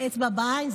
אצבע בעין.